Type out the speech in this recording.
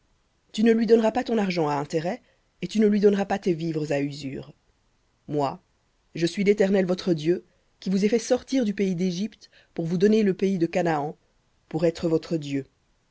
tu ne lui donneras pas ton argent à intérêt et tu ne lui donneras pas tes vivres à usure moi je suis l'éternel votre dieu qui vous ai fait sortir du pays d'égypte pour vous donner le pays de canaan pour être votre dieu